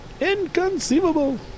Inconceivable